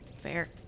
Fair